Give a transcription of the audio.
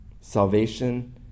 Salvation